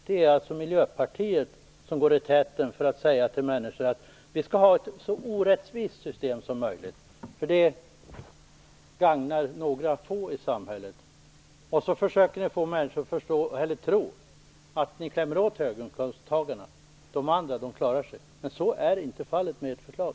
Det är alltså Miljöpartiet som går i täten för att säga till människor att vi skall ha ett så orättvist system som möjligt, för det gagnar några få i samhället. Och sedan försöker ni få människor att tro att ni klämmer åt höginkomsttagarna medan de andra klarar sig. Men så är inte fallet med ert förslag.